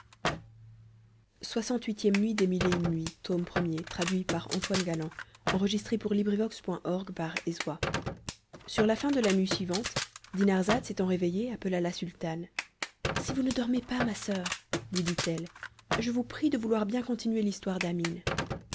la suite lxviii nuit sur la fin de la nuit suivante dinarzade s'étant réveillée appela la sultane si vous ne dormez pas ma soeur lui dit-elle je vous prie de vouloir bien continuer l'histoire d'amine